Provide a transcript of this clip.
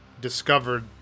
discovered